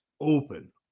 open